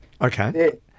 Okay